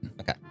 Okay